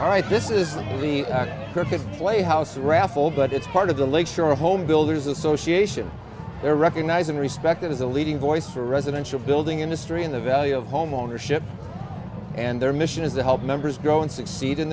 all right this is the playhouse raffle but it's part of the lake shore home builders association they're recognized and respected as a leading voice for residential building industry in the value of home ownership and their mission is to help members grow and succeed in